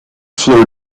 fleur